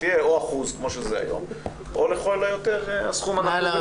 היא תהיה או אחוז כמו שזה היום או לכל היותר הסכום הנקוב